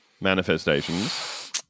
manifestations